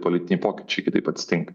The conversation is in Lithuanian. politiniai pokyčiai kitaip atsitinka